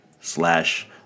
slash